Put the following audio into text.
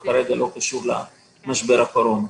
הוא לא קשור כרגע למשבר הקורונה.